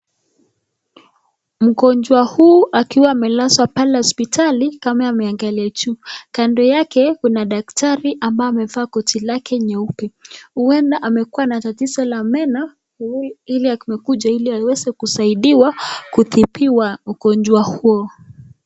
Mgonjwa huu akiwa amelazwa pale hospitali kama ameangalia juu. Kando yake kuna daktari ambaye amevaa koti lake nyeupe. Uenda amekuwa na tatizo la meno ili amekuja ili aweze kusaidiwa kutibiwa ugonjwa huo.